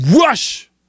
rush